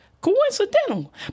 coincidental